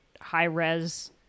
high-res